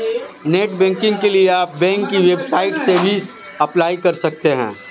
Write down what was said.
net banking के लिए आप बैंक की वेबसाइट से भी अप्लाई कर सकते है